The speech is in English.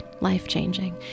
life-changing